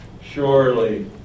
Surely